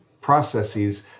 processes